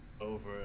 over